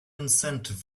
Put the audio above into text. incentive